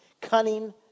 Cunning